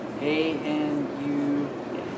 A-N-U